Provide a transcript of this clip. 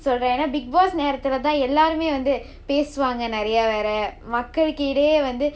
சொல்லுறேன் ஏனா:sollurain yaenaa bigg boss எல்லாருமே வந்து பேசுவாங்க நிறையா வேற மக்களுக்கிடையே வந்து: ellaarumae vanthu pesuvaanga niraiya vera makkalukkitaiyae vanthu